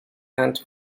and